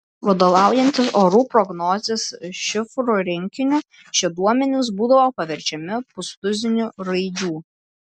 vadovaujantis orų prognozės šifrų rinkiniu šie duomenys būdavo paverčiami pustuziniu raidžių